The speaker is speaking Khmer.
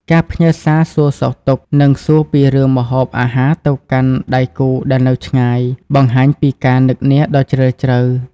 ការផ្ញើសារសួរសុខទុក្ខ និងសួរពីរឿងម្ហូបអាហារទៅកាន់ដៃគូដែលនៅឆ្ងាយ បង្ហាញពីការនឹកនាដ៏ជ្រាលជ្រៅ។